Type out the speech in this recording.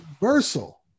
universal